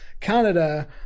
Canada